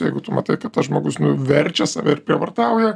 jeigu tu matai tas žmogus verčia save ir prievartauja